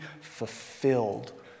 fulfilled